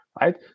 Right